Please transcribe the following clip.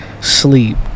sleep